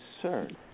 concern